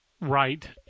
right